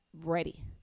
ready